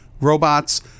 robots